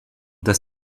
dass